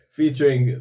featuring